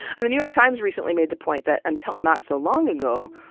and the new york times recently made the point that, until not so long ago,